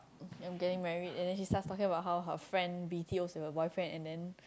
I'm getting married and then she starts talking about how her friend b_t_os with her boyfriend and then